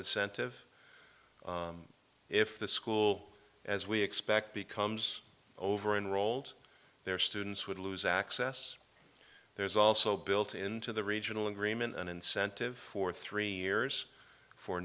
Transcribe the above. incentive if the school as we expect becomes over and rolled there students would lose access there's also built into the regional agreement an incentive for three years for